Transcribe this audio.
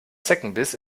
zeckenbiss